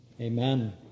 Amen